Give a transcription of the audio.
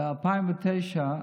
ב-2009,